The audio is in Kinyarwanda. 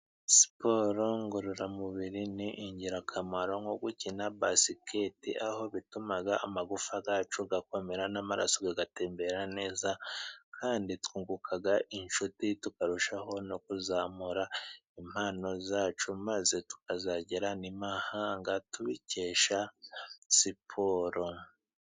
Siporo ngororamubiri ni ingirakamaro nko gukina basiketi, aho bituma amagufwa yacu akomera, n'amaraso agatembera neza, kandi twunguka inshuti, tukarushaho no kuzamura impano zacu, maze tukazagera i mahanga tubikesha siporo.